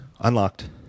unlocked